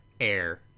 air